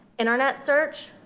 internet search,